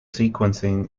sequencing